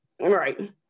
Right